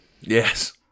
Yes